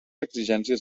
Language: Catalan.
exigències